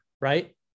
right